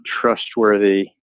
trustworthy